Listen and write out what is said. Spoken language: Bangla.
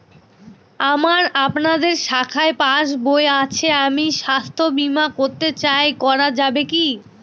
আমার আপনাদের শাখায় পাসবই আছে আমি স্বাস্থ্য বিমা করতে চাই করা যাবে কি?